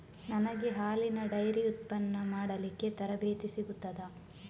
ನನಗೆ ಹಾಲಿನ ಡೈರಿ ಉತ್ಪನ್ನ ಮಾಡಲಿಕ್ಕೆ ತರಬೇತಿ ಸಿಗುತ್ತದಾ?